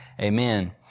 Amen